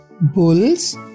bulls